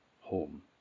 home